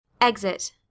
Exit